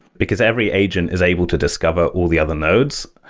because every agent is able to discover all the other nodes.